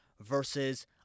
versus